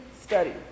study